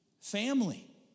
family